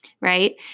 right